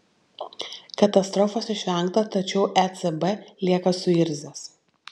katastrofos išvengta tačiau ecb lieka suirzęs